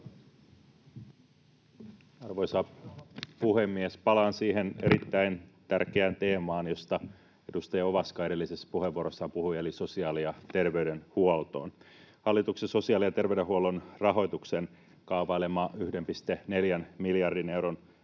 Arvoisa puhemies! Palaan siihen erittäin tärkeään teemaan, josta edustaja Ovaska edellisessä puheenvuorossaan puhui, eli sosiaali‑ ja terveydenhuoltoon. Hallituksen sosiaali‑ ja terveydenhuollon rahoitukseen kaavailema 1,4 miljardin euron